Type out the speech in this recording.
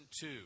two